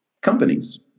companies